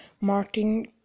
Martin